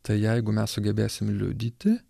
tai jeigu mes sugebėsim liudyti